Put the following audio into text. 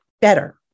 better